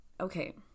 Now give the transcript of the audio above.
okay